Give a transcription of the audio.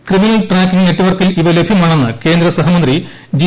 criminal tracking നെറ്റ്വർക്കിൽ ഇവ ലഭ്യമാണ്ണെന്ന് കേന്ദ്ര സഹമന്ത്രി ജി